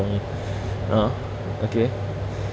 me ah okay